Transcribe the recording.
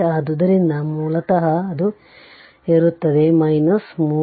ಆದ್ದರಿಂದ ಮೂಲತಃ ಅದು ಇರುತ್ತದೆ 3